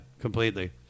completely